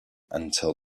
until